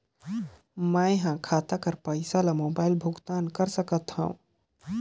मैं ह खाता कर पईसा ला मोबाइल भुगतान कर सकथव?